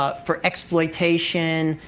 ah for exploitation,